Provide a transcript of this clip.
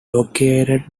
located